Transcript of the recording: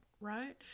right